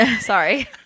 Sorry